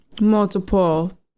multiple